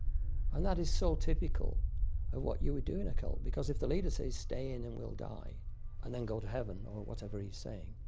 and that is so typical of what you would do in a cult, because if the leader says, stay in and we'll die and then go to heaven, or whatever he's saying,